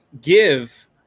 give